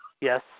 Yes